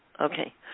Okay